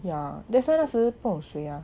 yeah that's why 那时不懂谁 ah